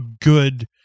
good